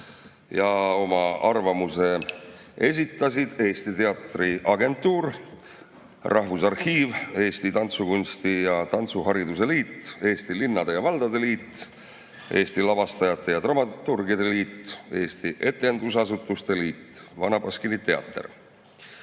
Oma arvamuse esitasid Eesti Teatri Agentuur, Rahvusarhiiv, Eesti Tantsukunsti ja Tantsuhariduse Liit, Eesti Linnade ja Valdade Liit, Eesti Lavastajate ja Dramaturgide Liit, Eesti Etendusasutuste Liit ja Vana Baskini Teater.